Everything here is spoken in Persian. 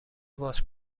باز